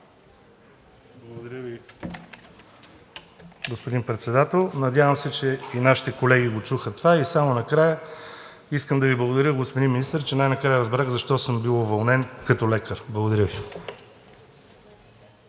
Благодаря, господин Председател. Надявам се, че и нашите колеги чуха това. Искам да Ви благодаря, господин Министър, че най накрая разбрах защо съм бил уволнен като лекар. Благодаря Ви.